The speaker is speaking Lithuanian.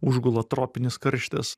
užgula tropinis karštis